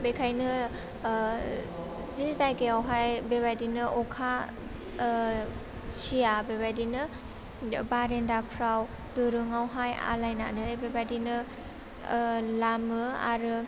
बेखायनो ओह जि जायगायावहाइ बेबायदिनो अखा ओह सिया बेबायदिनो बारेन्दाफ्राव दुरुङावहाइ आलाइनानै बेबायदिनो ओह लामो आरो